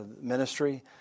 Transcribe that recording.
ministry